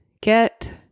get